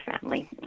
family